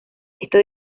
estos